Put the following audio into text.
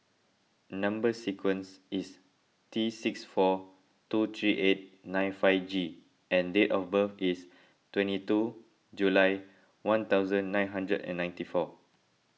Number Sequence is T six four two three eight nine five G and date of birth is twenty two July one thousand nine hundred and ninety four